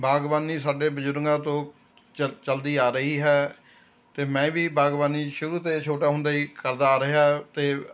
ਬਾਗਬਾਨੀ ਸਾਡੇ ਬਜ਼ੁਰਗਾਂ ਤੋਂ ਚੱਲ ਚੱਲਦੀ ਆ ਰਹੀ ਹੈ ਅਤੇ ਮੈਂ ਵੀ ਬਾਗਬਾਨੀ ਸ਼ੁਰੂ ਤੋਂ ਛੋਟਾ ਹੁੰਦਾ ਹੀ ਕਰਦਾ ਆ ਰਿਹਾ ਅਤੇ